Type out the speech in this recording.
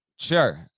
Sure